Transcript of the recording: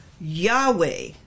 Yahweh